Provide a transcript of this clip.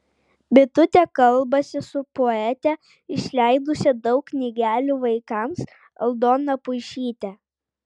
bitutė kalbasi su poete išleidusia daug knygelių vaikams aldona puišyte